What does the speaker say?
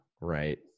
Right